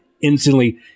instantly